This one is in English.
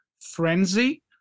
frenzy